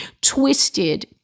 twisted